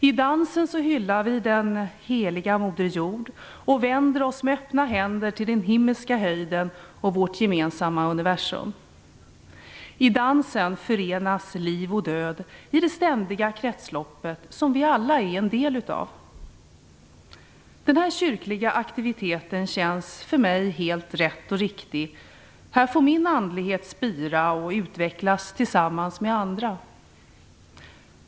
I dansen hyllar vi den heliga moder jord och vänder oss med öppna händer till den himmelska höjden och vårt gemensamma universum. I dansen förenas liv och död i det ständiga kretslopp som vi alla är en del av. Den här kyrkliga aktiviteten känns för mig helt rätt och riktig. Här kan jag låta min andlighet spira och utvecklas tillsammans med andra.